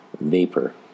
vapor